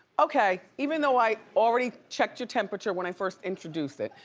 okay, even though i already checked your temperature when i first introduced it.